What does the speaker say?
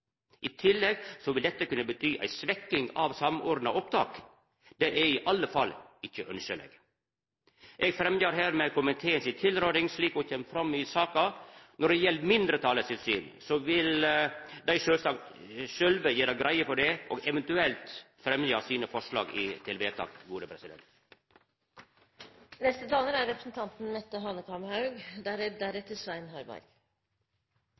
I tillegg vil dette kunna bety ei svekking av Samordna opptak. Det er i alle fall ikkje ønskjeleg. Eg fremjar hermed komiten si tilråding, slik ho kjem fram i saka. Når det gjeld mindretalet, vil dei sjølve sjølvsagt gjera greie for sitt syn og eventuelt fremja sine forslag. Vi i Fremskrittspartiet er enig i Venstres intensjoner i dette forslaget. Vi er enig i at vi må tilstrebe et